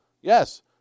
Yes